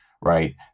right